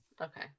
okay